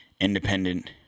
independent